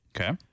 Okay